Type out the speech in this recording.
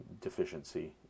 deficiency